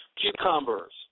Cucumbers